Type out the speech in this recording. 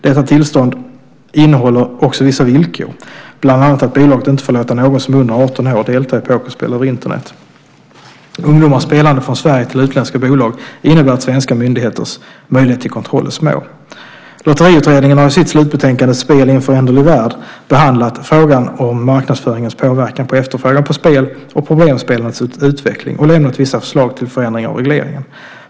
Detta tillstånd innehåller också vissa villkor, bland annat att bolaget inte får låta någon som är under 18 år delta i pokerspel över Internet. Ungdomars spelande från Sverige i utländska bolag innebär att svenska myndigheters möjlighet till kontroll är små. Lotteriutredningen har i sitt slutbetänkande Spel i en föränderlig värld behandlat frågan om marknadsföringens påverkan på efterfrågan på spel och problemspelandets utveckling och har lämnat vissa förslag till förändringar av regleringen.